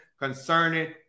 concerning